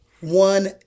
One